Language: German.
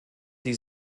die